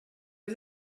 wir